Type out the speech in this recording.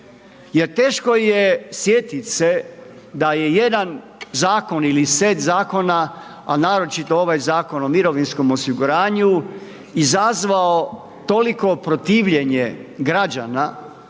jer teško je sjetit se da je jedan zakon ili set zakona, a naročito ovaj Zakon o mirovinskom osiguranju izazvao toliko protivljenje građana